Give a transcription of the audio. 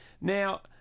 Now